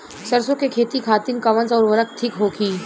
सरसो के खेती खातीन कवन सा उर्वरक थिक होखी?